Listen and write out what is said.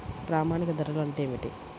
ప్రామాణిక ధరలు అంటే ఏమిటీ?